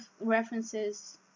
references